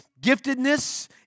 giftedness